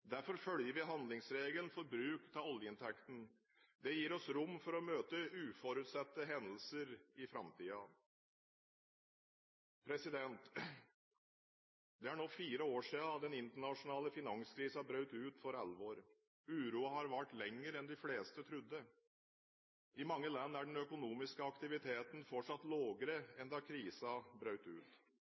Derfor følger vi handlingsregelen for bruk av oljeinntektene. Det gir oss rom for å møte uforutsette hendelser i framtiden. Det er nå fire år siden den internasjonale finanskrisen brøt ut for alvor. Uroen har vart lenger enn de fleste trodde. I mange land er den økonomiske aktiviteten fortsatt lavere enn da krisen brøt ut.